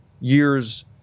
years